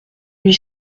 huit